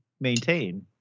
maintain